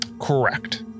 Correct